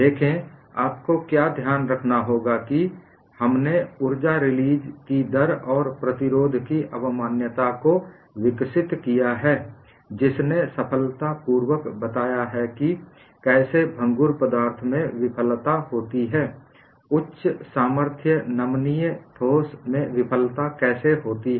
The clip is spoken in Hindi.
देखें आपको क्या ध्यान रखना होगा कि हमने ऊर्जा रिलीज की दर और प्रतिरोध की अवमान्यता को विकसित किया है जिसने सफलतापूर्वक बताया है कि कैसे भंगुर पदार्थ में विफलता होती है उच्च सामर्थ्य नमनीय ठोस में विफलता कैसे होती है